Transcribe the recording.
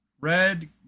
Red